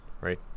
right